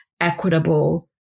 equitable